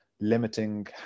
limiting